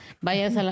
Vayas